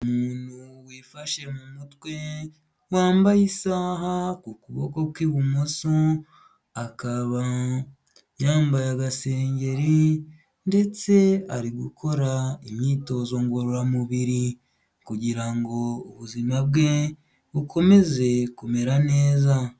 Umuntu wifashe mu mutwe wambaye isaha ku kuboko kw'ibumoso, akaba yambaye agasengeri ndetse ari gukora imyitozo ngororamubiri kugira ngo ubuzima bwe bukomeze kumera neza.